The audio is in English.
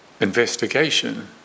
investigation